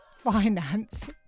finance